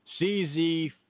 CZ